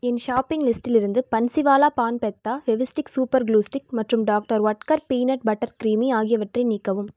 என் shopping லிஸ்டிலிருந்து Bansiwala paan petha Fevistik super glue stick மற்றும் doctor Oetker peanut butter creamy ஆகியவற்றை நீக்கவும்